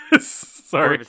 Sorry